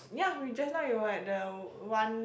yeah we just now we were at the one